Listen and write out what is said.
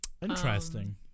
interesting